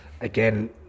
again